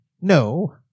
No